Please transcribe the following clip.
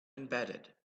embedded